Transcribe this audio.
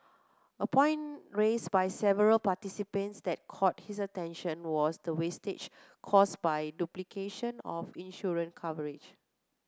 a point raise by several participants that caught his attention was the wastage cause by duplication of insurance coverage